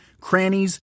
crannies